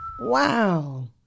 Wow